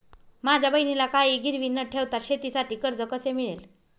माझ्या बहिणीला काहिही गिरवी न ठेवता शेतीसाठी कर्ज कसे मिळेल?